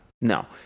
no